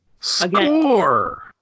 Score